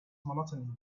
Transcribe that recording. monotony